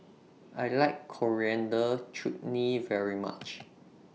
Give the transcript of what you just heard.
I like Coriander Chutney very much